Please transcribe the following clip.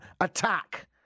attack